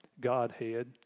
Godhead